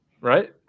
right